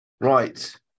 Right